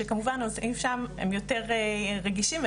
שכמובן הנושאים שם הם הרבה יותר רגישים,